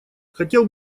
хотел